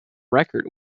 record